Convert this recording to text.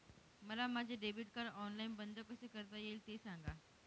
मला माझे debit card online बंद कसे करता येईल, ते सांगा